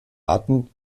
arten